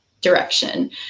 direction